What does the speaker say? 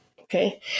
Okay